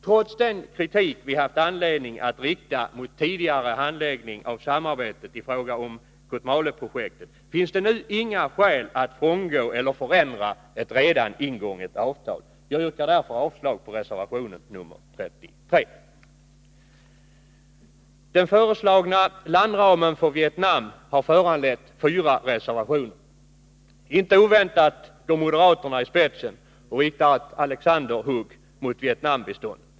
Trots den kritik vi haft anledning att rikta mot tidigare handläggning av samarbetet i fråga om Kotmaleprojektet finns det nu inga skäl att frångå eller förändra ett redan ingånget avtal. Jag yrkar därför avslag på reservation nr 33. Den föreslagna landramen för Vietnam har föranlett fyra reservationer. Inte oväntat går moderaterna i spetsen och riktar ett Alexanderhugg mot Vietnambiståndet.